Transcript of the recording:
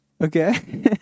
Okay